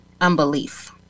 Unbelief